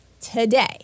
today